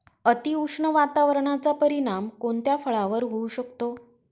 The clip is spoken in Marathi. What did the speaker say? अतिउष्ण वातावरणाचा परिणाम कोणत्या फळावर होऊ शकतो?